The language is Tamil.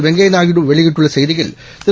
வெங்கய்யநாயுடுவெளியிட்ட செய்தியில் திரு